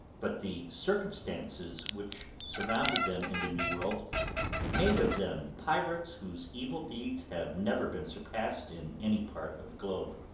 but the circumstances which surrounded them in the new world made of them pirates whose evil deeds have never been surpassed in any part of the globe.